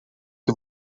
que